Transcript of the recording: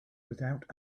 without